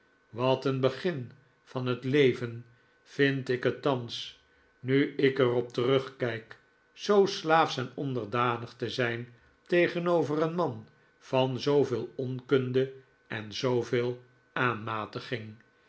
wat een begin van het leven vind ik het thans nu ik er op terugkijk zoo slaafsch en onderdanig te zijn tegenover een man van zooveel onkunde en zooveel aanmatiging